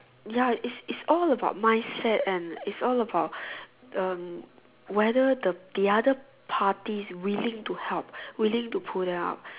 ya is is all about mindset and is all about um whether the the other party is willing to help willing to pull them up